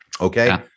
Okay